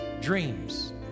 dreams